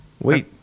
Wait